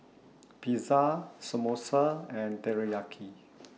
Pizza Samosa and Teriyaki